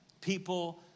People